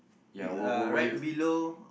be uh right below